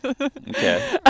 Okay